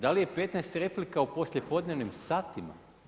Da li je 15 replika u poslijepodnevnim satima?